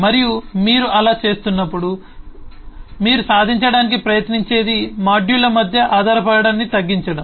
మరియు మీరు అలా చేస్తున్నప్పుడు మీరు సాధించడానికి ప్రయత్నించేది మాడ్యూళ్ళ మధ్య ఆధారపడటాన్ని తగ్గించడం